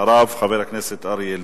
אחריו חבר הכנסת אריה אלדד.